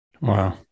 Wow